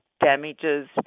damages